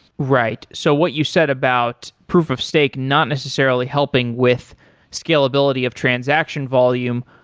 right. so what you said about proof of stake, not necessarily helping with scalability of transaction volume.